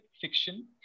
fiction